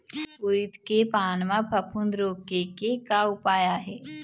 उरीद के पान म फफूंद रोके के का उपाय आहे?